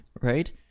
right